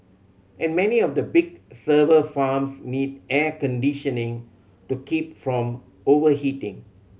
and many of the big server farms need air conditioning to keep from overheating